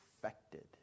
affected